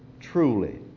truly